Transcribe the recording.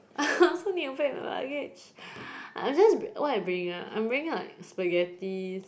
I also need to pack my luggage I'm just br~ what I bringing ah I'm bringing like spaghettis